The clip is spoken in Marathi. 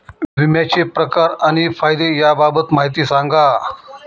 विम्याचे प्रकार आणि फायदे याबाबत माहिती सांगा